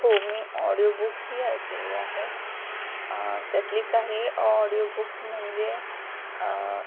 हो मी ऑडिओबुक्सही ऐकलेली आहेत त्यातली काही ऑडिओ बुक्स म्हंजे